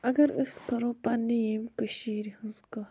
اگر أسۍ کَرو پننہِ ییٚمہِ کٔشیٖرِ ہنٛز کَتھ